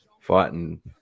fighting